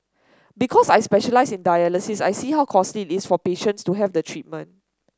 because I specialise in dialysis I see how costly is for patients to have the treatment